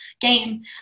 game